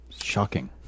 Shocking